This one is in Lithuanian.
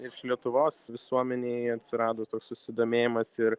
iš lietuvos visuomenėj atsirado toks susidomėjimas ir